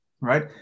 Right